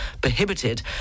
prohibited